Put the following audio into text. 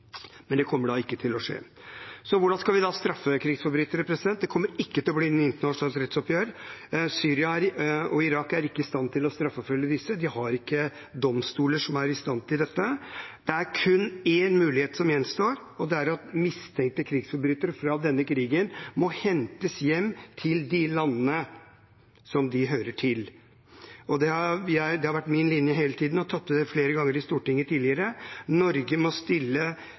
skje. Så hvordan skal vi da straffe krigsforbrytere? Det kommer ikke til å bli noe internasjonalt rettsoppgjør. Syria og Irak er ikke i stand til å straffeforfølge disse. De har ikke domstoler som er i stand til dette. Det er kun én mulighet som gjenstår, og det er at mistenkte krigsforbrytere fra denne krigen må hentes hjem til de landene som de hører til i. Det har vært min linje hele tiden. Jeg har tatt opp det i Stortinget flere ganger tidligere. Norge må stille